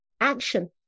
Action